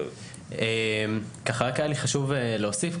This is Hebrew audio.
היה לי חשוב להוסיף,